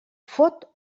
fot